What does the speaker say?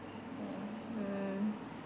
mm